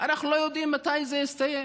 אנחנו לא יודעים מתי זה יסתיים.